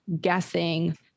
guessing